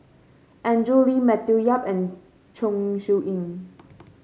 Andrew Lee Matthew Yap and Chong Siew Ying